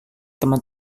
teman